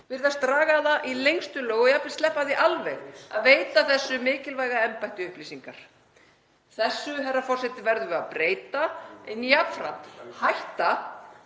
virðast draga það í lengstu lög og jafnvel sleppa því alveg að veita þessu mikilvæga embætti upplýsingar. Þessu, herra forseti, verðum við að breyta en jafnframt hætta